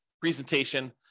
presentation